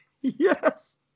Yes